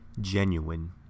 Genuine